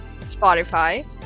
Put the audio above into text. Spotify